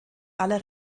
aller